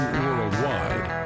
worldwide